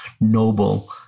noble